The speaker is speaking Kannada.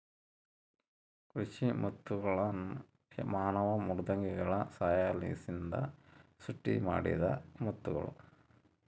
ಕೃಷಿ ಮುತ್ತುಗಳ್ನ ಮಾನವ ಮೃದ್ವಂಗಿಗಳ ಸಹಾಯಲಿಸಿಂದ ಸೃಷ್ಟಿಮಾಡಿದ ಮುತ್ತುಗುಳು